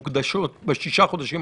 הוא עובר מעל ראשו של משרד הבריאות.